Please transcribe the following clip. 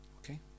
Okay